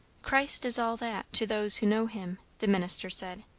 christ is all that, to those who know him, the minister said.